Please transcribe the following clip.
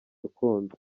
gakondo